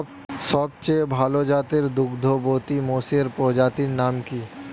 সবচেয়ে ভাল জাতের দুগ্ধবতী মোষের প্রজাতির নাম কি?